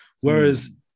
whereas